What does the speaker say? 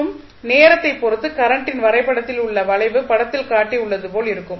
மற்றும் நேரத்தை பொறுத்து கரண்டின் வரைபடத்தில் உள்ள வளைவு படத்தில் காட்டி உள்ளது போல் இருக்கும்